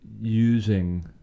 using